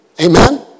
Amen